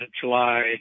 July